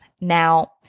Now